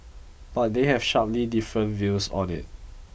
but they have sharply different views on it